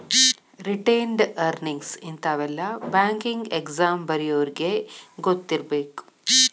retained earnings ಇಂತಾವೆಲ್ಲ banking exam ಬರ್ಯೋರಿಗಿ ಗೊತ್ತಿರ್ಬೇಕು